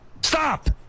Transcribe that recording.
Stop